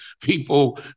people